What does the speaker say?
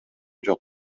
жок